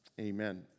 Amen